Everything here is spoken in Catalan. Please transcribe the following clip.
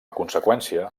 conseqüència